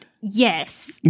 Yes